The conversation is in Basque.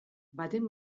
baten